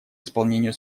исполнению